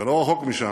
לא רחוק משם,